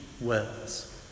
wells